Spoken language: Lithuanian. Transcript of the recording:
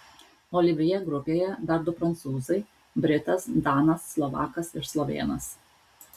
olivjė grupėje dar du prancūzai britas danas slovakas ir slovėnas